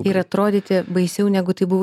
ir atrodyti baisiau negu tai buvo